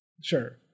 Sure